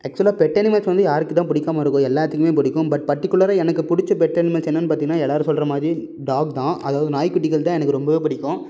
ஆக்சுவலாக pet animals வந்து யாருக்கு தான் பிடிக்காம இருக்கும் எல்லாத்துக்குமே பிடிக்கும் பட் பர்டிகுலராக எனக்கு பிடிச்ச பெட் அனிமல்ஸ் என்னென்னு பார்த்திங்கன்னா எல்லோரும் சொல்லுறமாரி டாக் தான் அதாவது நாய் குட்டிகள்தான் எனக்கு ரொம்பவே பிடிக்கும்